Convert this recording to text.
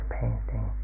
painting